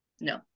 No